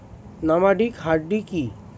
Nomadic hardy কি?